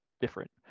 different